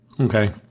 Okay